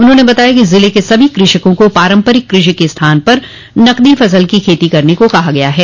उन्होंने बताया कि जिले के सभी कृषकों को पारम्परिक कृषि के स्थान पर नगदी फसल की खेती करने को कहा गया है